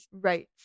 right